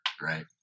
Right